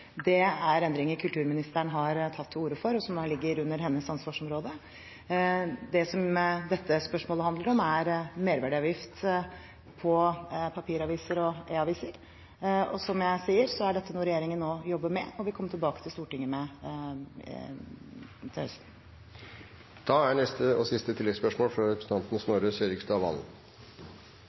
Det er endringer kulturministeren har tatt til orde for, og som ligger under hennes ansvarsområde. Det som dette spørsmålet handler om, er merverdiavgift på papiraviser og e-aviser, og som jeg sier, er dette noe regjeringen nå jobber med og vil komme tilbake til Stortinget med til høsten. Snorre Serigstad Valen – til oppfølgingsspørsmål. Det er